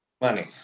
money